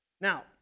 Now